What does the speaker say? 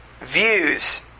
views